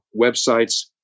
websites